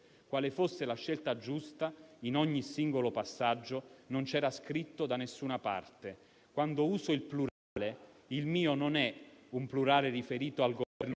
Quale fosse la scelta giusta, in ogni singolo passaggio, non c'era scritto da nessuna parte. Quando uso il plurale, il mio non è un plurale riferito al Governo